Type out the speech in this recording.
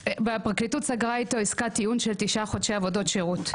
הפרקליטות סגרה איתו עסקת טיעון של תשעה חודשי עבודות שירות.